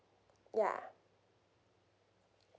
yeah